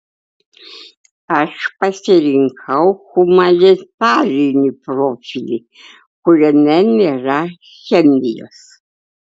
aš pasirinkau humanitarinį profilį kuriame nėra chemijos